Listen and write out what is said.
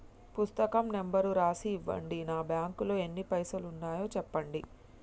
పుస్తకం నెంబరు రాసి ఇవ్వండి? నా బ్యాంకు లో ఎన్ని పైసలు ఉన్నాయో చెప్పండి?